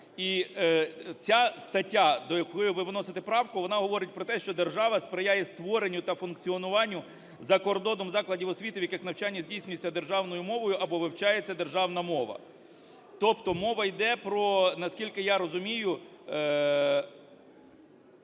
І ця стаття, до якої ви вносите правку, вона говорить про те, що держава сприяє створенню та функціонуванню за кордоном закладів освіти, в яких навчання здійснюється державною мовою або вивчається державна мова. Тобто мова іде про, наскільки я розумію,